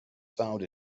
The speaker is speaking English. found